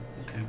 okay